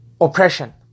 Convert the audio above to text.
oppression